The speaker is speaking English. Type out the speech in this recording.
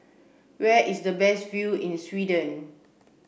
where is the best view in Sweden